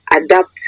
adapt